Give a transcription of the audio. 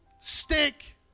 stick